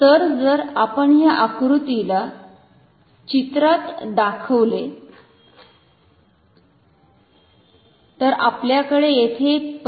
तर जर आपण ह्या आकृतीला चित्रात दाखवले तर आपल्याकडे येथे एक पर्मनंट चुंबक आहे